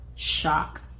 shock